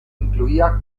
incluía